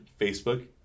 Facebook